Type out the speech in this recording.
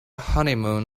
honeymoon